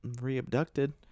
re-abducted